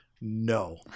No